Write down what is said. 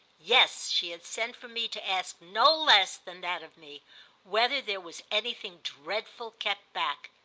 yes, she had sent for me to ask no less than that of me whether there was anything dreadful kept back.